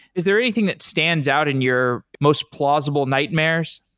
is there anything that stands out in your most plausible nightmares?